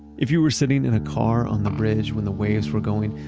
if you were sitting in a car on the bridge when the waves were going,